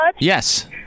yes